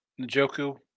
Njoku